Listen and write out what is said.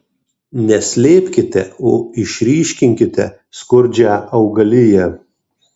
ne slėpkite o išryškinkite skurdžią augaliją